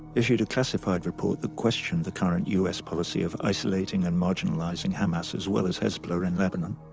issued a classified report that questioned the current u s. policy of isolating and marginalizing hamas, as well as hezbollah in lebanon.